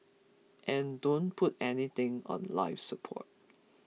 and don't put anything on life support